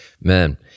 man